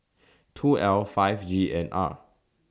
two L five G N R